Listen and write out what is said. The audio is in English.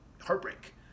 heartbreak